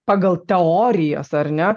pagal teorijas ar ne